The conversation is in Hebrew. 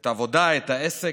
את העבודה, את העסק,